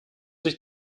sich